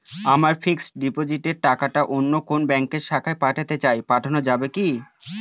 আমার ফিক্সট ডিপোজিটের টাকাটা অন্য কোন ব্যঙ্কের শাখায় পাঠাতে চাই পাঠানো যাবে কি?